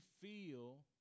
feel